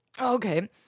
Okay